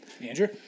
Andrew